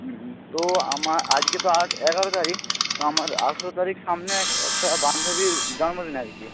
হুম তো আমার আজকে তো আট এগারো তারিখ তো আমার আঠারো তারিখ সামনে একটা বান্ধবীর জন্মদিন আর কি